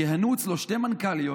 כיהנו אצלו שתי מנכ"ליות,